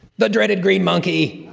the dreaded green monkey.